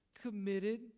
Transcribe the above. committed